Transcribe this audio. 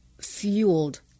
fueled